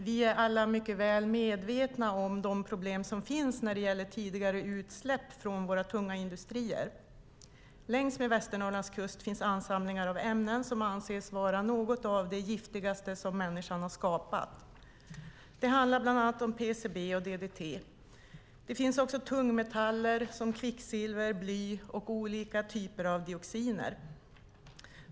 Vi är alla mycket väl medvetna om de problem som finns när det gäller tidigare utsläpp från våra tunga industrier. Längs Västernorrlands kust finns ansamlingar av ämnen som anses vara något av de giftigaste som människan har skapat. Det handlar bland annat om PCB och DDT. Det finns också tungmetaller som kvicksilver och bly och olika typer av dioxiner.